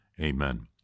Amen